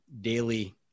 daily